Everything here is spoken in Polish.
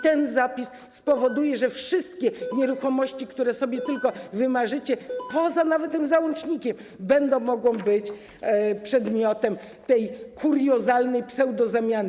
Ten zapis spowoduje, że wszystkie nieruchomości, które sobie tylko wymarzycie, nawet poza tym załącznikiem, będą mogły być przedmiotem tej kuriozalnej pseudozamiany.